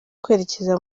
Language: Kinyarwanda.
kwerekeza